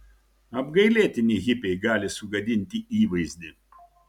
apgailėtini hipiai gali sugadinti įvaizdį